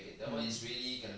um